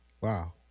Wow